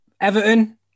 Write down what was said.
Everton